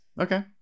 Okay